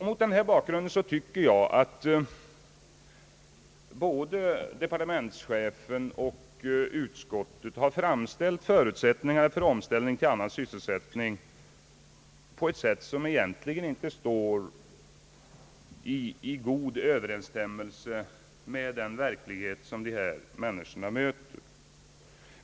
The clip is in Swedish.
Mot denna bakgrund tycker jag, att både departementschefen och utskottet har framställt förutsättningarna för en omställning till annan sysselsättning på ett sätt, som egentligen inte står i god överensstämmelse med den verklighet som dessa människor möter.